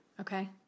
Okay